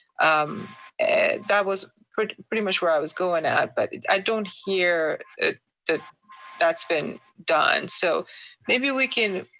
um and that was pretty pretty much where i was going at, but i don't hear that that's been done. so maybe we can